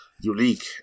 unique